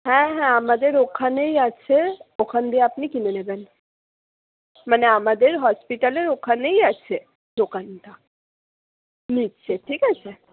হ্যাঁ হ্যাঁ আমাদের ওখানেই আছে ওখান দিয়ে আপনি কিনে নেবেন মানে আমাদের হসপিটালের ওখানেই আছে দোকানটা নিচে ঠিক আছে